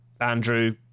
Andrew